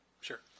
Sure